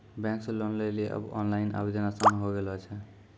bank से loan लेली आब ओनलाइन आवेदन आसान होय गेलो छै